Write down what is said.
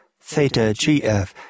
Theta-GF